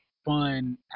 Fun